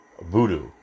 voodoo